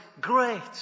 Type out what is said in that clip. Great